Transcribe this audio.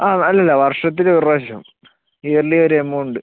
ആ അല്ലല്ല വർഷത്തില് ഒരു പ്രാവശ്യം ഇയർലി ഒര് എമൗണ്ട്